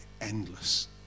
endless